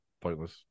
pointless